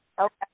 Okay